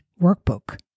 Workbook